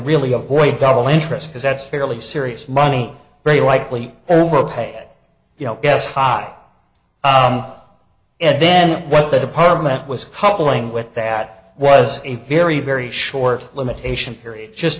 really avoid double interest because that's fairly serious money very likely overpay you know as hot and then what the department was coupling with that was a very very short limitation period just